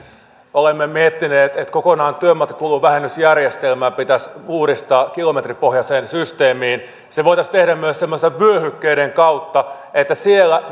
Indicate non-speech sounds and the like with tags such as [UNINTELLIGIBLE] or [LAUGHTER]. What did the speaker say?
olemme miettineet että työmatkakuluvähennysjärjestelmä pitäisi kokonaan uudistaa kilometripohjaiseen systeemiin se voitaisiin tehdä myös semmoisten vyöhykkeiden kautta että siellä [UNINTELLIGIBLE]